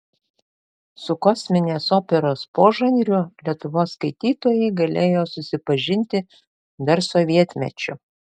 su kosminės operos požanriu lietuvos skaitytojai galėjo susipažinti dar sovietmečiu